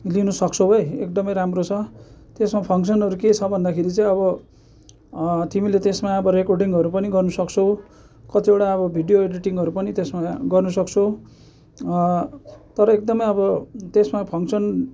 लिनु सक्छौ है एकदमै राम्रो छ त्यसमा फङसनहरू के छ भन्दाखेरि चाहिँ अब तिमीले त्यसमा अब रेकर्डिङहरू पनि गर्नु सक्छौ कतिवटा अब भिडियो एडिटिङहरू पनि त्यसमा गर्नु सक्छौ तर एकदमै अब त्यसमा फङसन